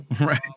Right